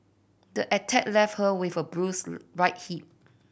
the attack left her with a bruised right hip